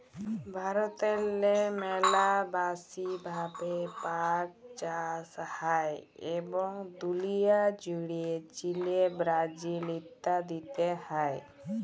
ভারতেল্লে ম্যালা ব্যাশি ভাবে পাট চাষ হ্যয় এবং দুলিয়া জ্যুড়ে চিলে, ব্রাজিল ইত্যাদিতে হ্যয়